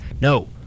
no